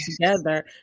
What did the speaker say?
together